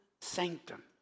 sanctum